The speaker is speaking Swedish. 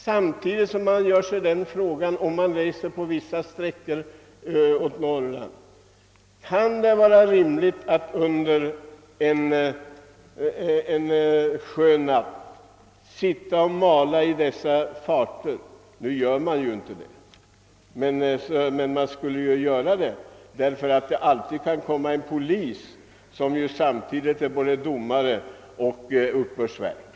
Samtidigt måste man ställa sig den frågan när man färdas exempelvis på vissa sträckor uppe i Norrland: Kan det vara rimligt att under en skön natt sitta och mala i dessa farter? — Nu gör man ju inte det, förstås, men egentligen borde man göra det, eftersom risken finns att det kan komma en polis uppdykande, vilken samtidigt är både domare och uppbördsverk.